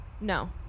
No